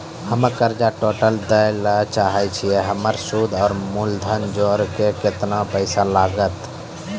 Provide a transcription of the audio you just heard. हम्मे कर्जा टोटल दे ला चाहे छी हमर सुद और मूलधन जोर के केतना पैसा लागत?